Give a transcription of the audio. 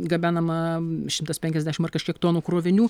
gabenama šimtas penkiasdešim ar kažkiek tonų krovinių